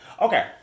Okay